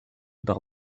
par